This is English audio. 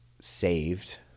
saved